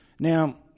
Now